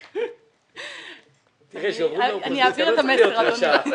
אני אהיה קצרה.